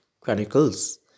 Chronicles